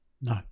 no